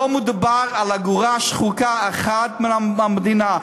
לא מדובר על אגורה שחוקה אחת מהמדינה.